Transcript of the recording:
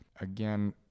again